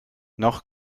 noch